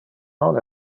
non